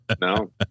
No